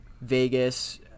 Vegas –